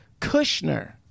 Kushner